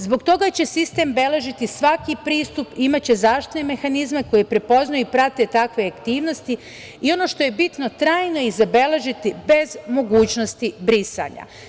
Zbog toga će sistem beležiti svaki pristup, imaće zaštitne mehanizme koje prepoznaju i prate takve aktivnosti, i ono što je bitno, trajno ih zabeležiti bez mogućnosti brisanja.